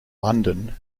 london